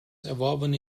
erworbene